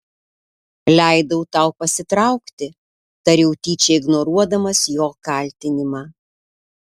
leidau tau pasitraukti tariau tyčia ignoruodamas jo kaltinimą